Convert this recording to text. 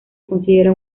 considera